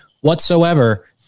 whatsoever